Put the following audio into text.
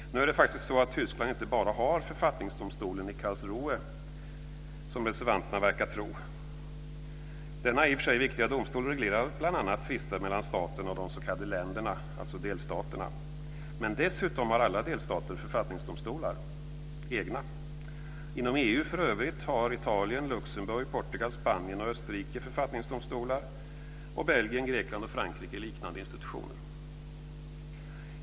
Nu är det faktist så att Tyskland inte bara har författningsdomstolen i Karlsruhe, som reservanterna verkar tro. Denna i och för sig viktiga domstol reglerar bl.a. tvister mellan staten och de s.k. länderna, delstaterna. Men dessutom har alla delstater egna författningsdomstolar. Inom EU för övrigt har Italien, Luxemburg, Portugal, Spanien och Österrike författningsdomstolar, och Belgien, Grekland och Frankrike liknande institutioner.